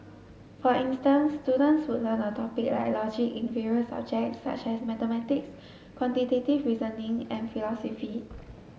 for instance students would learn a topic like logic in various subjects such as mathematics quantitative reasoning and philosophy